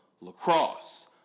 lacrosse